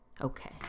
Okay